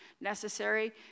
necessary